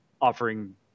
offering